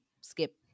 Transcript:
skip